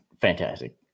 Fantastic